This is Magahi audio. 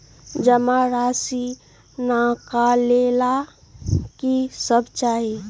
जमा राशि नकालेला कि सब चाहि?